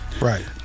Right